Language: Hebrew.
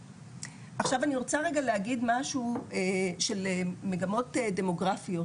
עכשיו אני רוצה רגע להגיד משהו על מגמות דמוגרפיות.